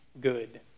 good